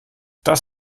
das